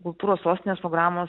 kultūros sostinės programos